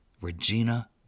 Regina